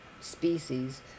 species